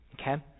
okay